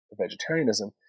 vegetarianism